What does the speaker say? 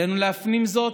עלינו להפנים זאת,